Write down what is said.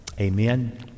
Amen